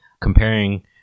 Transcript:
comparing